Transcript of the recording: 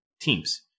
teams